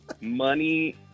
money